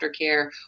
aftercare